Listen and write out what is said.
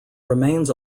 remains